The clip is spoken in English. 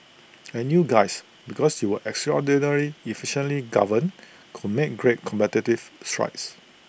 and you guys because you were extraordinary efficiently governed could make great competitive strides